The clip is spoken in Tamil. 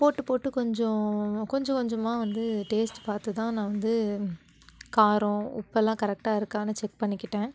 போட்டு போட்டு கொஞ்சம் கொஞ்சம் கொஞ்சமாக வந்து டேஸ்ட்டு பார்த்துதான் நான் வந்து காரம் உப்பெல்லாம் கரெக்டாக இருக்கான்னு செக் பண்ணிக்கிட்டேன்